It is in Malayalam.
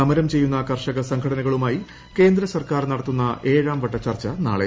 സമരം ചെയ്യുന്ന കർഷക സംഘടനകളുമായി കേന്ദ്ര സർക്കാർ നടത്തുന്ന ഏഴാംവട്ട ചർച്ച നാളെ